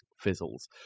fizzles